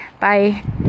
Bye